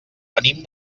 venim